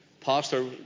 pastor